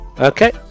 Okay